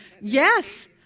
Yes